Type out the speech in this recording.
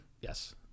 Yes